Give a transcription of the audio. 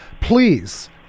please